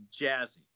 jazzy